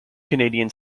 canadian